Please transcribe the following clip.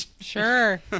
Sure